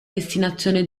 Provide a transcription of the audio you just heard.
destinazione